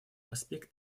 аспект